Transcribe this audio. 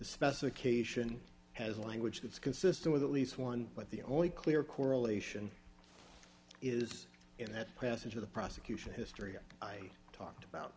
specification has language that is consistent with at least one but the only clear correlation is in that passage of the prosecution history i talked about